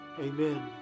amen